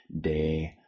day